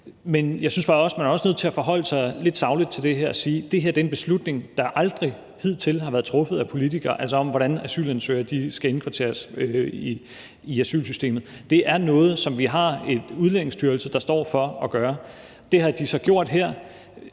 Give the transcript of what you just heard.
Men jeg synes bare, at man også er nødt til at forholde sig lidt sagligt til det her og sige: Det her er en beslutning, der aldrig hidtil har været truffet af politikere, altså om, hvordan asylansøgere skal indkvarteres i asylsystemet. Det er noget, som vi har en Udlændingestyrelse, der står for at gøre. Det har de så gjort her.